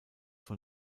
von